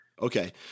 Okay